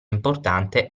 importante